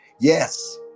Yes